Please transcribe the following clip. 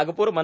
नागपूर म